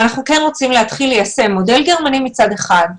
ואנחנו כן רוצים להתחיל ליישם מודל גרמני מצד אחד,